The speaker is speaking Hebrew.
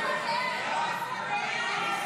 כנוסח הוועדה,